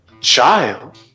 child